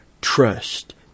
trust